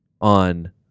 on